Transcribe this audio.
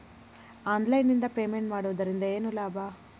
Online ನಿಂದ payment ಮಾಡುವುದರಿಂದ ಏನು ಲಾಭ?